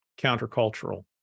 countercultural